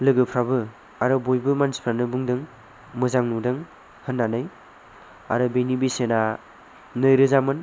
लोगोफोराबो आरो बयबो मानसिफोरानो बुंदों मोजां नुदों होननानै आरो बेनि बेसेना नैरोजा मोन